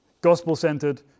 gospel-centered